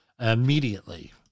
immediately